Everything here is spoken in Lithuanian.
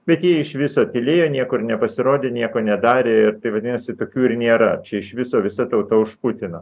bet jie iš viso tylėjo niekur nepasirodė nieko nedarė vadinasi tokių ir nėra čia iš viso visa tauta už putiną